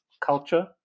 culture